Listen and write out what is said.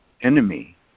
enemy